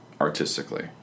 artistically